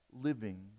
living